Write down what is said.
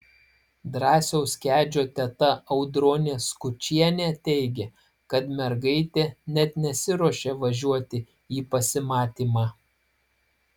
drąsiaus kedžio teta audronė skučienė teigė kad mergaitė net nesiruošė važiuoti į pasimatymą